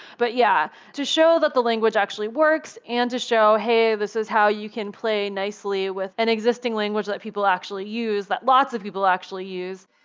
but yeah, to show that the language actually works and to show, hey, this is how you can play nicely with an existing language that people actually use, that lots of people actually use,